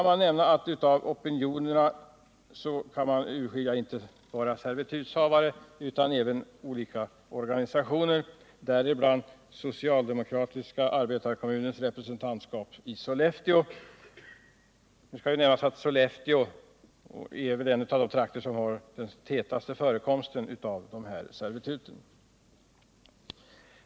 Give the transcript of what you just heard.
Bland opinionen utanför servitutshavarna kan man även urskilja olika organisationer, däribland socialdemokratiska arbetarkommunens representantskap i Sollefteå. Nu skall nämnas att Sollefteå hör till de trakter som har den tätaste förekomsten av dessa servitut.